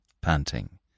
panting